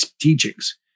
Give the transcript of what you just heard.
teachings